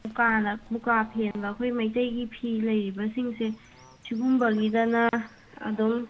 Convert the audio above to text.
ꯃꯨꯒꯥ ꯐꯦꯟꯕ ꯑꯩꯈꯣꯏ ꯃꯩꯇꯩꯒꯤ ꯐꯤ ꯂꯩꯔꯤꯕꯁꯤꯡꯁꯦ ꯁꯤꯒꯨꯝꯕꯒꯤꯗꯅ ꯑꯗꯨꯝ